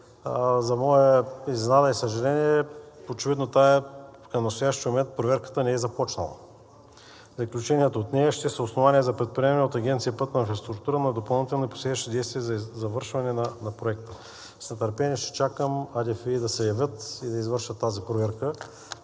За моя изненада и съжаление, очевидно към настоящия момент проверката не е започнала. Заключенията от нея ще са основания за предприемане от Агенция „Пътна инфраструктура“ на допълнителни и последващи действия за завършването на проекта. С нетърпение ще чакам АДФИ да се явят и да извършат тази проверка.